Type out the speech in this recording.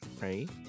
right